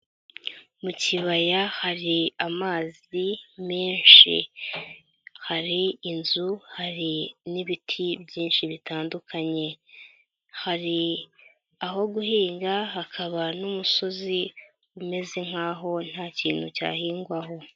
Mu kibaya hari amazi menshi, hari inzu, hari n'ibiti byinshi bitandukanye, hari aho guhinga hakaba n'umusozi umeze nk'aho nta kintu cyahingwaho.